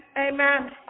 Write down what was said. Amen